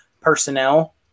personnel